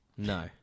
No